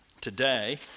today